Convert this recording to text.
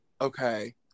Okay